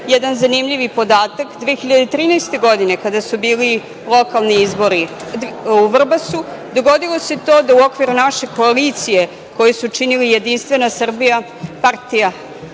jedan zanimljiv podatak. Godine 2013. kada su bili lokalni izbori u Vrbasu dogodilo se to, da u okviru naše koalicije koju su činili Jedinstvena Srbija, Partija